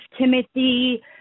Timothy